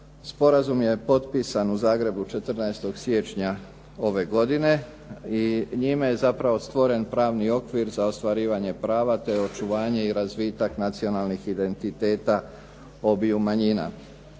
Sporazum je potpisan u Zagrebu 14. siječnja ove godine i njime je zapravo stvoren pravni okvir za ostvarivanje prava te očuvanje i razvitak nacionalnih identiteta obiju manjina.